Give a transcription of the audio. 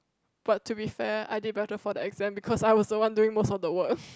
but to be fair I did better for the exam because I was the one doing most of the work